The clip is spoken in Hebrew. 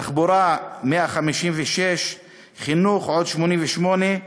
תחבורה, 156, חינוך, עוד 88,